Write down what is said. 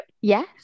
Yes